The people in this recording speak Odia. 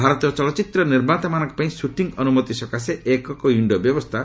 ଭାରତୀୟ ଚଳଚ୍ଚିତ୍ର ନିର୍ମାତାମାନଙ୍କପାଇଁ ସୁଟିଂ ଅନୁମତି ସକାଶେ ଏକକ ୱିଶ୍ଡୋ ବ୍ୟବସ୍ଥା